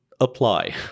apply